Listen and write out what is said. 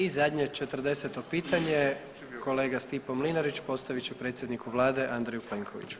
I zadnje 40-to pitanje kolega Stipo Mlinarić postavit će predsjedniku Vlade Andreju Plenkoviću.